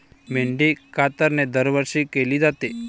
मेंढी कातरणे दरवर्षी केली जाते